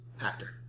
actor